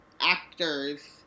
actors